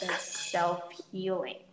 self-healing